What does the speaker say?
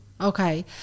Okay